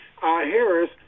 Harris